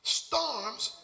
storms